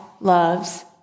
loves